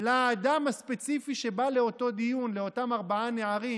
לאדם הספציפי שבא לאותו דיון, לאותם ארבעה נערים.